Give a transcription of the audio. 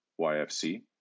YFC